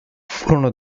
furono